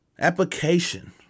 Application